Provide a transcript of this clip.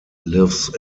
lives